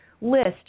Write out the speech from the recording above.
list